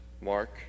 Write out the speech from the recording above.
Mark